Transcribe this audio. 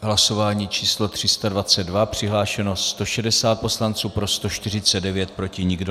Hlasování číslo 322, přihlášeno 160 poslanců, pro 149, proti nikdo.